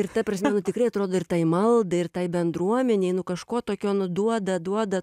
ir ta prasme nu tikrai atrodo ir tai maldai ir tai bendruomenei nu kažko tokio nu duoda duoda